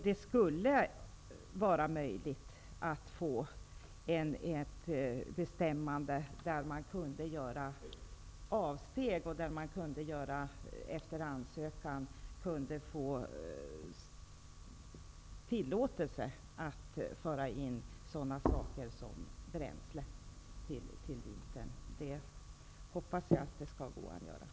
Det borde vara möjligt att efter ansökan lämna tillåtelse att föra in t.ex. bränsle för vintern. Jag hoppas att det skall kunna gå.